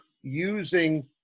using